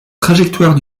trajectoire